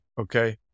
okay